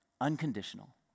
unconditional